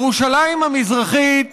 ירושלים המזרחית,